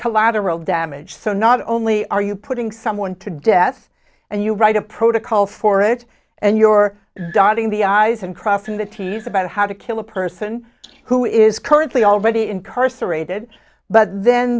collateral damage so not only are you putting someone to death and you write a protocol for it and you're dotting the i's and crossing the t's about how to kill a person who is currently already incarcerated but then